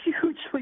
hugely